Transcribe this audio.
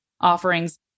offerings